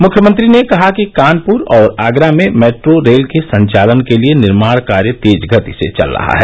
मुख्यमंत्री ने कहा कि कानपुर और आगरा में मेट्रो रेल के संचालन के लिए निर्माण कार्य तेज गति से चल रहा है